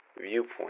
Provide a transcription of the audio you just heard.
viewpoint